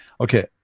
Okay